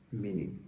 meaning